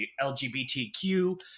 lgbtq